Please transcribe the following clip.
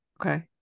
Okay